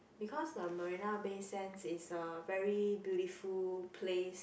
because the Marina Bay Sands is a very beautiful place